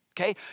Okay